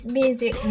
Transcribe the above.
music